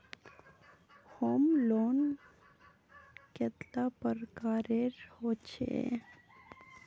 Home loan कतेला प्रकारेर होचे?